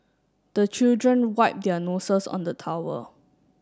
the children wipe their noses on the towel